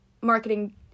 marketing